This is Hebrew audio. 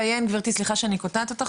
גברתי, סליחה שאני קוטעת אותך.